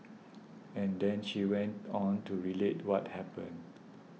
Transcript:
and then she went on to relate what happened